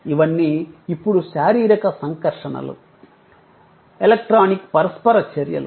ఇవన్నీ ఇప్పుడు శారీరక సంకర్షణలు ఎలక్ట్రానిక్ పరస్పర చర్యలు